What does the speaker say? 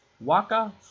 Waka